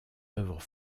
œuvres